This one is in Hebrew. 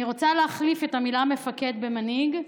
אני רוצה להחליף את המילה "מפקד" ב"מנהיג",